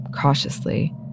cautiously